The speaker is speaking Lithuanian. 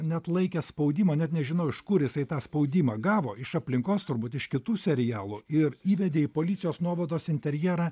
neatlaikė spaudimo net nežinau iš kur jisai tą spaudimą gavo iš aplinkos turbūt iš kitų serialų ir įvedė į policijos nuovados interjerą